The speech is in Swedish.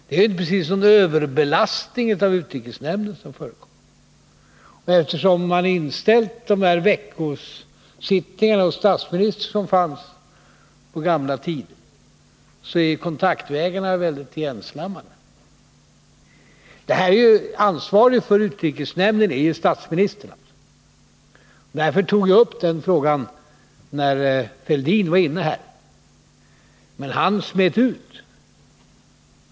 Det är inte precis någon överbelastning av ärenden i utrikesnämnden. Och eftersom man inställt veckosittningarna hos statsministern, som fanns i gamla tider, är kontaktvägarna ganska igenslammade. Ansvarig för utrikesnämnden är ju statsministern. Därför tog jag upp den frågan när Thorbjörn Fälldin var inne i kammaren. Men han smet ut.